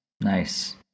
Nice